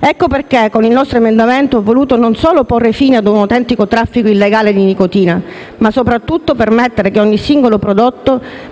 Ecco perché, con il nostro emendamento, ho voluto non solo porre fine ad un autentico traffico illegale di nicotina ma, soprattutto, permettere che ogni singolo prodotto